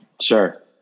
Sure